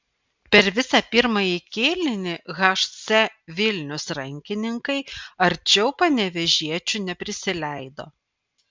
per visą pirmąjį kėlinį hc vilnius rankininkai arčiau panevėžiečių neprisileido